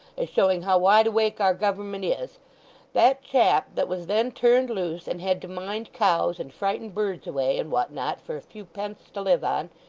as showing how wide awake our government is that chap that was then turned loose, and had to mind cows, and frighten birds away, and what not, for a few pence to live on,